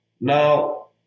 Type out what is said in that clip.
Now